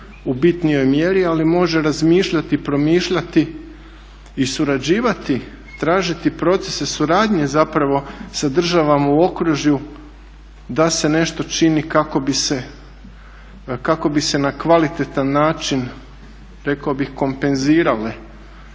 u bitnijoj mjeri ali može razmišljati i promišljati i surađivati, tražiti procese suradnje sa državama u okružju da se nešto čini kako bi se na kvalitetan način rekao bih kompenzirale